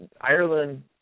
Ireland